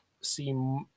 see